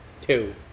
Two